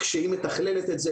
כשהיא מתכננת את זה.